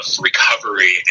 recovery